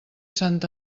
sant